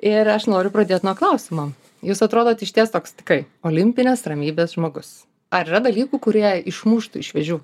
ir aš noriu pradėt nuo klausimo jūs atrodot išties toks tikrai olimpinės ramybės žmogus ar yra dalykų kurie išmuštų iš vėžių